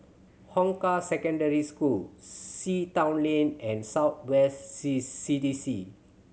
Hong Kah Secondary School Sea Town Lane and South West C C D C